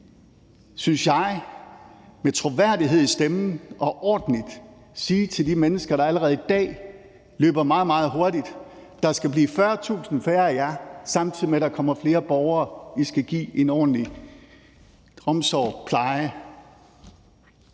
synes jeg, med troværdighed i stemmen og ordentligt sige til de mennesker, der allerede i dag løber meget, meget hurtigt: Der skal blive 40.000 færre af jer, samtidig med at der kommer flere borgere; I skal give en ordentlig omsorg, pleje